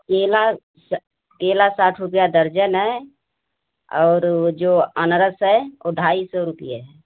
केला स् केला साठ रूपये दर्जन है और वो जो अनानास है वो ढाई सौ रुपये